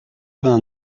vingt